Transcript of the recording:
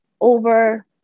over